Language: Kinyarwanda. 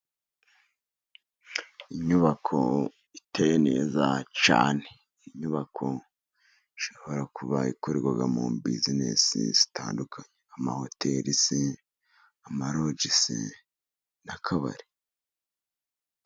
Inyubako iteye neza cyane, inyubako ishobora kuba ikorerwamo serivisi zitandukanye, amahoteli se, amalogi se n'akabari.